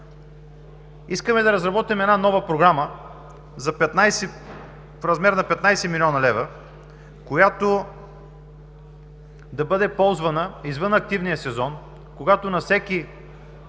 Искаме да разработим една нова програма в размер на 15 млн. лв., която да бъде ползвана извън активния сезон, когато на всеки